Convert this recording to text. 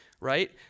right